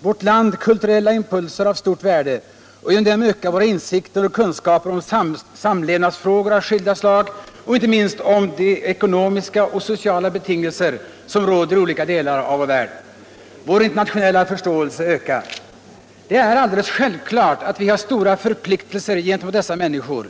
vårt land kulturella impulser av stort värde och genom dem ökar våra insikter och kunskaper om samlevnadsfrågor av skilda slag och inte minst om de ekonomiska och sociala betingelser som råder i olika delar av vår värld. Vår internationella förståelse ökar. Det är alldeles självklart att vi har stora förpliktelser gentemot dessa människor.